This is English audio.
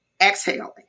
exhaling